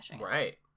Right